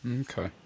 Okay